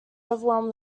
overwhelmed